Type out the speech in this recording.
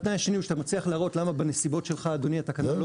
התנאי השני הוא שאתה מצליח להראות למה בנסיבות שלך אדוני התקנה לא